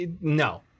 No